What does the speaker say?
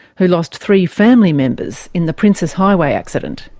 who lost three family members in the princes highway accident.